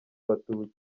abatutsi